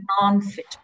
non-fit